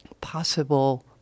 possible